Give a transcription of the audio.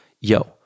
yo